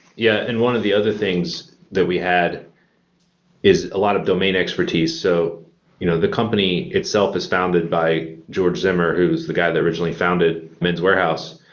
yeah, and one of the other things that we had is a lot of domain expertise. so you know the company itself is founded by george zimmer who's the guy that originally founded men's wearhouse.